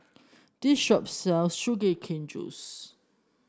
this shop sells Sugar Cane Juice